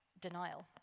denial